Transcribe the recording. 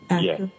yes